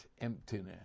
emptiness